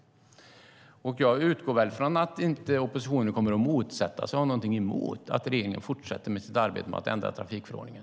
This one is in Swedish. Jag utgår från att oppositionen inte kommer att motsätta sig eller har någonting emot att regeringen fortsätter sitt arbete med att ändra trafikförordningen.